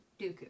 Dooku